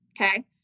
okay